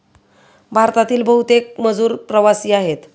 भारतातील बहुतेक मजूर प्रवासी आहेत